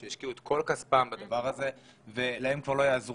שהשקיעו את כל כספם בדבר הזה ולהם כבר לא יעזור